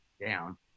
down